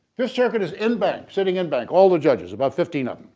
fifth circuit is en banc, sitting en banc all the judges about fifteen of them.